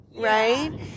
Right